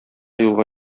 юлга